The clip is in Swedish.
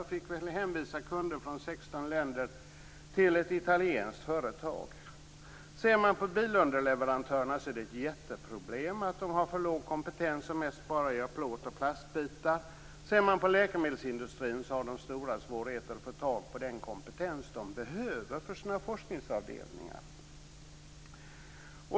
Man fick hänvisa kunder från 16 länder till ett italienskt företag. Ser vi på bilunderleverantörer är det ett jätteproblem att man har för låg kompetens och mest bara gör plåt och plastbitar. Läkemedelsindustrin har stora svårigheter att få tag på den kompetens man behöver för sina forskningsavdelningar.